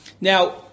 Now